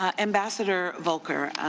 ah ambassador volker,